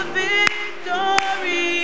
victory